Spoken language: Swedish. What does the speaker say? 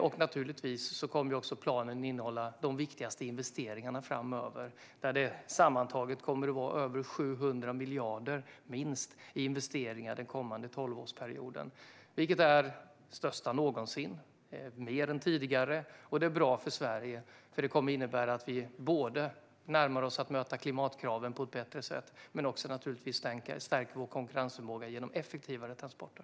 Planen kommer också att innehålla de viktigaste investeringarna framöver, på sammantaget över 700 miljarder den kommande tolvårsperioden. Det är den största satsningen någonsin. Det är bra för Sverige. Det kommer nämligen att innebära att vi närmar oss att möta klimatkraven på ett bättre sätt och att vi stärker konkurrensförmågan genom effektivare transporter.